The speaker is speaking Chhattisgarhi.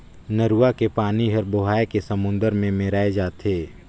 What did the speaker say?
नरूवा के पानी हर बोहाए के समुन्दर मे मेराय जाथे